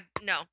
no